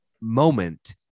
moment